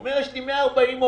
הוא אומר: יש לי 140 עובדים,